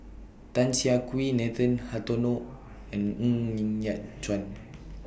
Tan Siah Kwee Nathan Hartono and Ng Yat Chuan